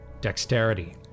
dexterity